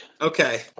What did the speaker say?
Okay